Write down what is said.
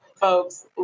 folks